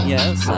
Yes